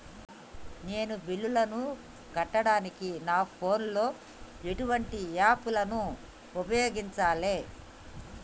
నేను బిల్లులను కట్టడానికి నా ఫోన్ లో ఎటువంటి యాప్ లను ఉపయోగించాలే?